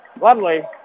Lovely